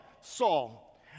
Saul